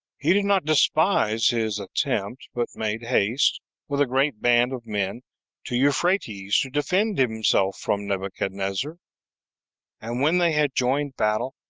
he did not despise his attempt, but made haste with a great band of men to euphrates to defend himself from nebuchadnezzar and when they had joined battle,